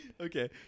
Okay